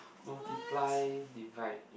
multiply divide